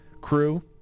crew